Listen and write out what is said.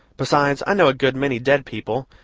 besides, i know a good many dead people,